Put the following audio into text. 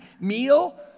meal